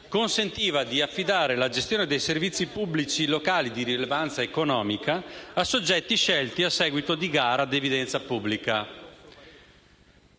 consentiva di affidare la gestione dei servizi pubblici locali di rilevanza economica a soggetti scelti a seguito di gara ad evidenza pubblica,